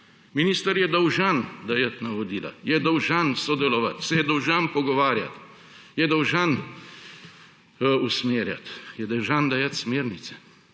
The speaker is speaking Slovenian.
Minister je dolžan dajati navodila, je dolžan sodelovati, se je dolžan pogovarjati, je dolžan usmerjati, je dolžan dajati smernice.